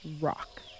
rock